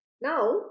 Now